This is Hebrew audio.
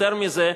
יותר מזה,